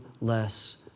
less